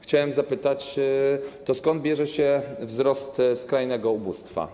Chciałem zapytać: To skąd bierze się wzrost skrajnego ubóstwa?